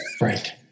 right